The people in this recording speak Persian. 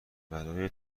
برای